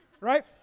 right